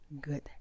good